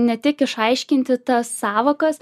ne tik išaiškinti tas sąvokas